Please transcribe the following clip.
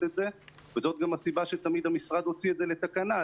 את זה וזאת גם הסיבה שתמיד המשרד הוציא את זה לתקנה,